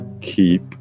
keep